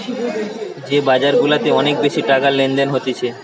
যে বাজার গুলাতে অনেক বেশি টাকার লেনদেন হতিছে